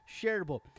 shareable